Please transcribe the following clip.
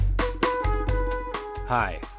Hi